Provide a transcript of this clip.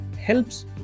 helps